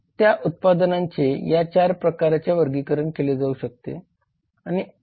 तर उत्पादनांचे या 4 प्रकारात वर्गीकरण केले जाऊ शकते